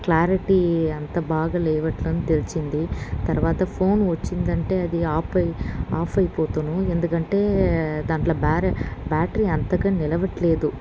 clarity అంత బాగాలేవట్లేదు అని తెలిసింది తరవాత ఫోన్ వచ్చిందంటే అది ఆపై ఆఫ్ అయి పోతుంది ఎందుకంటే దాంట్లో బ్యార్ బ్యాటరీ అంతగా నిలవట్లేదు